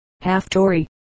half-tory